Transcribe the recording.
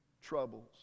troubles